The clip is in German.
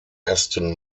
aston